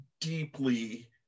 deeply